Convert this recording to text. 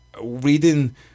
reading